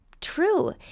true